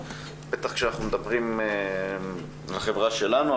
בטח כשאנחנו מדברים על החברה שלנו,